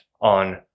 on